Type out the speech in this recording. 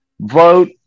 vote